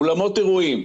אולמות אירועים,